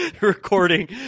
recording